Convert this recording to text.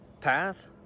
path